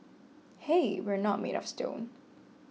hey we're not made of stone